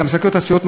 שאין, תסתכלי,